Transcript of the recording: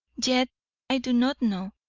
yet i do not know.